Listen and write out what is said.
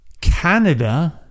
Canada